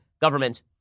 government